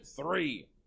three